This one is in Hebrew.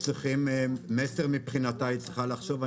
"מסר" מבחינתה צריכה לחשוב.